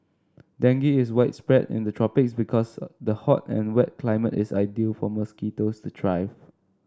dengue is widespread in the tropics because the hot and wet climate is ideal for mosquitoes to thrive